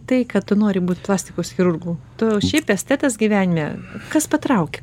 tai kad tu nori būti plastikos chirurgu tu šiaip estetas gyvenime kas patraukė